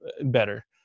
better